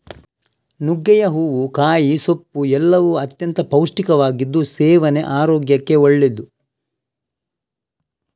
ನುಗ್ಗೆಯ ಹೂವು, ಕಾಯಿ, ಸೊಪ್ಪು ಎಲ್ಲವೂ ಅತ್ಯಂತ ಪೌಷ್ಟಿಕವಾಗಿದ್ದು ಸೇವನೆ ಆರೋಗ್ಯಕ್ಕೆ ಒಳ್ಳೆದ್ದು